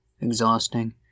exhausting